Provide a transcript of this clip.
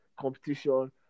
competition